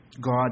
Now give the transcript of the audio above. God